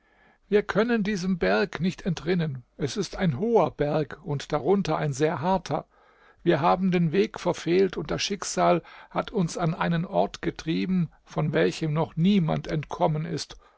wir können diesem berg nicht entrinnen es ist ein hoher berg und darunter ein sehr harter wir haben den weg verfehlt und das schicksal hat uns an einen ort getrieben von welchem noch niemand entkommen ist